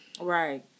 Right